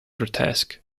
grotesque